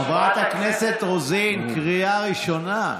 חברת הכנסת רוזין, קריאה ראשונה.